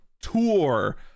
tour